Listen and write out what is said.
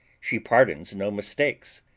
she pardons no mistakes.